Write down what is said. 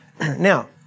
now